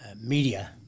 media